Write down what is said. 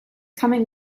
coming